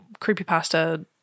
creepypasta